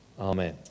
Amen